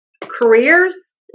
careers